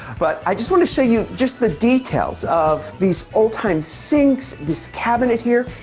but i just wanna show you just the details of these old time sinks, this cabinet here.